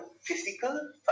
physical